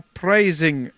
praising